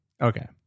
Okay